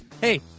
Hey